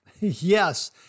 Yes